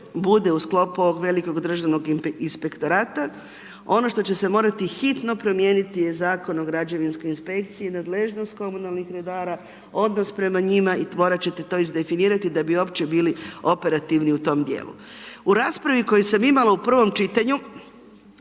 bude u sklopu ovog velikog državnog inspektorata, ono što će se morati hitno promijeniti, je Zakon o građevinskoj inspekciji, nadležnost komunalnih redara, odnos prema njima i morat ćete to iz definirati da bi uopće bili operativni u tome dijelu. U raspravi koju sam imala u prvom čitanju,